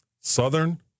Southern